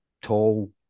tall